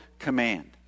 command